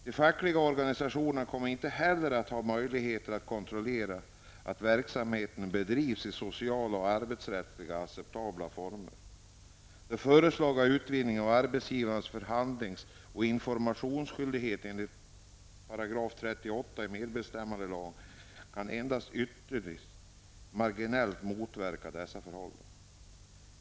De fackliga organisationerna kommer inte heller att ha möjligheter att kontrollera att verksamheten bedrivs i socialt och arbetsrättsligt acceptabla former. Den föreslagna utvidgningen av arbetsgivarens förhandlings och informationsskyldighet enligt 38 § medbestämmandelagen kan endast ytterst marginellt motverka dessa förhållanden.